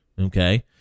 Okay